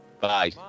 Bye